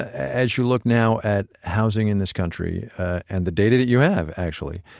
ah as you look now at housing in this country and the data that you have actually,